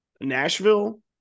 Nashville